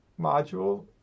module